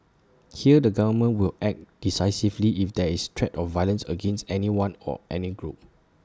here the government will act decisively if there is threat of violence against anyone or any group